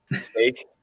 Steak